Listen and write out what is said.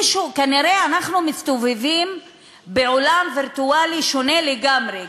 כנראה אנחנו מסתובבים בעולם וירטואלי שונה לגמרי.